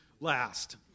last